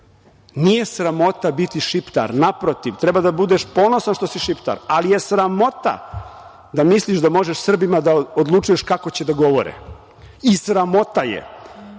Nije sramota biti Šiptar, naprotiv, treba da budeš ponosan što si Šiptar, ali je sramota da misliš da možeš Srbima da odlučuješ kako će da govore. Sramota je